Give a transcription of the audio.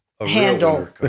Handle